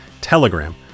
Telegram